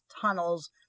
tunnels